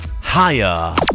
Higher